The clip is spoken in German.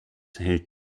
held